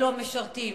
אלו המשרתים,